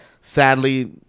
sadly